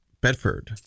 Bedford